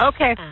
Okay